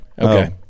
okay